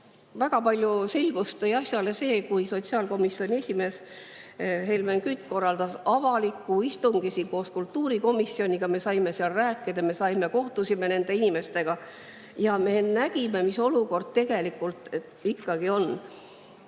Väga palju selgust tõi asjasse see, kui sotsiaalkomisjoni esimees Helmen Kütt korraldas siin avaliku istungi koos kultuurikomisjoniga. Me saime rääkida, me kohtusime seal nende inimestega. Me nägime, mis olukord tegelikult ikkagi on.